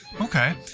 Okay